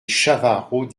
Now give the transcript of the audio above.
chavarot